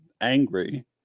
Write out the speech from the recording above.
angry